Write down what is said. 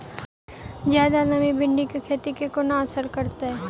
जियादा नमी भिंडीक खेती केँ कोना असर करतै?